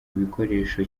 ibikoresho